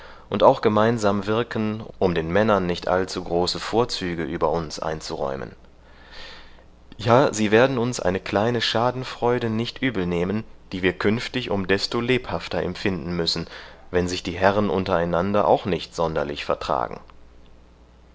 und auch gemeinsam wirken um den männern nicht allzu große vorzüge über uns einzuräumen ja sie werden uns eine kleine schadenfreude nicht übelnehmen die wir künftig um desto lebhafter empfinden müssen wenn sich die herren untereinander auch nicht sonderlich vertragen